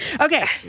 Okay